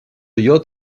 yacht